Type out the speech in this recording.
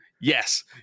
Yes